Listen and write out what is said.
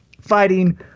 fighting